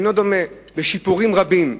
והשיפורים רבים,